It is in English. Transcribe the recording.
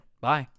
Bye